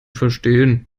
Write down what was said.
verstehen